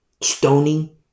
Stoning